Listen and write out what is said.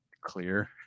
clear